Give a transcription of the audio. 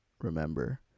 remember